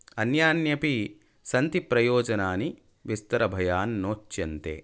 अन्यान्यपि सन्ति प्रयोजनानि विस्तरभयान्नोच्यन्ते